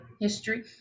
history